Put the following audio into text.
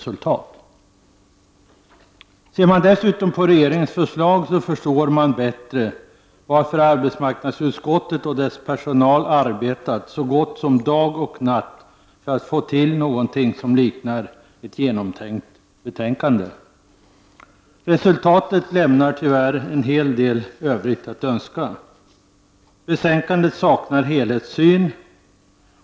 Studerar man dessutom regeringens förslag, förstår man bättre varför arbetsmarknadsutskottet och dess personal har arbetat så gott som dag och natt för att få till någonting som liknar genomtänkt betänkande. Resultatet lämnar, tyvärr, en hel del övrigt att önska. Betänkandet saknar en helhetssyn.